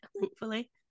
thankfully